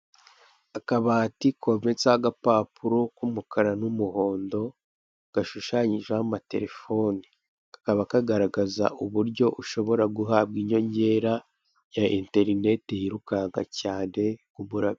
Akabati kometseho agapapuro k'umukara n'umuhondo gashushanyijeho amatelefoni, kakaba kagaragaza uburyo ushobora guhabwa inyongera ya interinete yirukanka cyane nk'umurabyo.